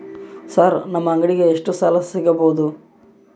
Sir ನಮ್ಮ ಅಂಗಡಿಗೆ ಎಷ್ಟು ಸಾಲ ಸಿಗಬಹುದು?